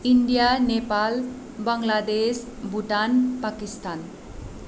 India Nepal Bangladesh Bhutan Pakistan